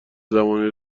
زمانی